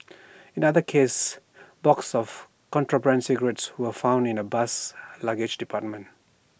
in another case boxes of contraband cigarettes were found in A bus's luggage department